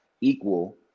equal